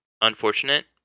unfortunate